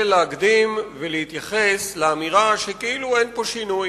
להקדים ולהתייחס לאמירה שכאילו אין פה שינוי,